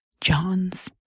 John's